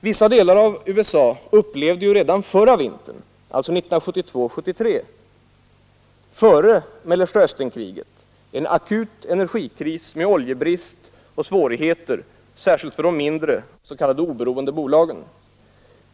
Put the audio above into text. Vissa delar av USA upplevde ju redan förra vintern, 1972-1973, före Mellersta Östernkriget en akut energikris med oljebrist och svårigheter särskilt för de s.k. oberoende bolagen.